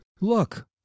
Look